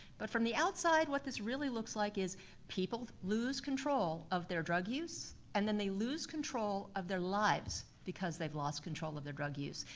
but from the outside what this really looks like is people lose control of their drug use and then they lose control of their lives because they've lost control of their drug use.